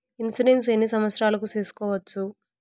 Insurance ఎన్ని సంవత్సరాలకు సేసుకోవచ్చు?